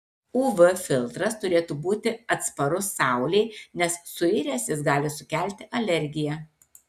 uv filtras turėtų būti atsparus saulei nes suiręs jis gali sukelti alergiją